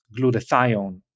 glutathione